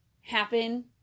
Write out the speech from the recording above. happen